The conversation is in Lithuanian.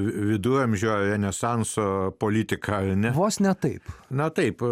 viduramžių renesanso politiką ne vos ne taip na taip